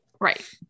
right